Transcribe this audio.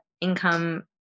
income